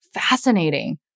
Fascinating